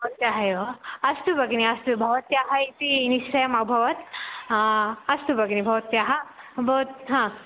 भवत्याः एव अस्तु भगिनि अस्तु भवत्याः इति निश्चयम् अभवत् अस्तु भगिनि भवत्याः अभवत् हा